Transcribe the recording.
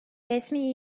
resmi